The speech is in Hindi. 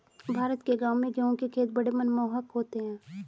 भारत के गांवों में गेहूं के खेत बड़े मनमोहक होते हैं